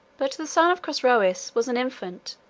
but the son of chosroes was an infant,